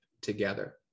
together